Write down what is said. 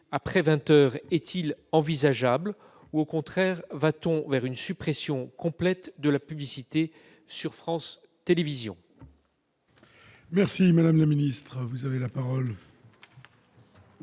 heures est-il envisageable ? Au contraire, va-t-on vers une suppression complète de la publicité sur France Télévisions ?